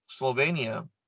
Slovenia